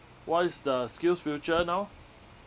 what is the skillsfuture now